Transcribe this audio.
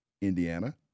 Indiana